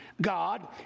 God